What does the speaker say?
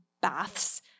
baths